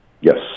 Yes